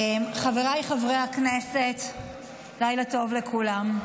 חבריי חברי הכנסת, לילה טוב לכולם.